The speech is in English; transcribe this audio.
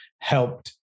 helped